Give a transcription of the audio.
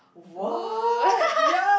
!wow!